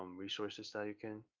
um resources that you can